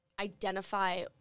identify